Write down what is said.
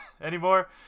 anymore